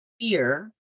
fear